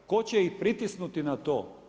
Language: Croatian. Tko će ih pritisnuti na to?